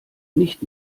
nicht